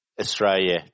Australia